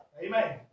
Amen